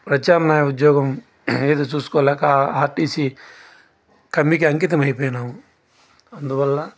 ప్రత్యమ్నాయ ఉద్యోగం ఏది చూసుకోలేక ఆర్టీసీ కమిటీకి అంకితం అయిపోయిన్నాం అందువల్ల